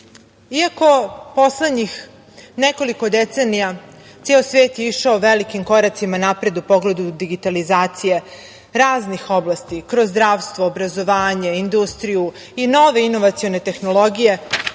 iako poslednjih nekoliko decenija ceo svet je išao velikim koracima napred u pogledu digitalizacije, raznih oblasti, kroz zdravstvo, obrazovanje, industriju i nove inovacione tehnologije,